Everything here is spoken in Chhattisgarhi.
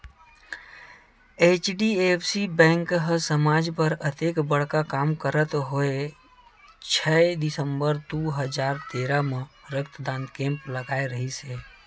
एच.डी.एफ.सी बेंक ह समाज बर अतेक बड़का काम करत होय छै दिसंबर दू हजार तेरा म रक्तदान कैम्प लगाय रिहिस हे